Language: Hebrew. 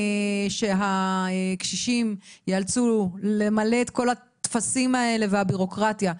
שהקשישים יאלצו למלא את כל הטפסים האלה והבירוקרטיה,